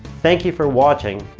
thank you for watching.